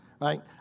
right